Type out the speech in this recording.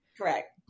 Correct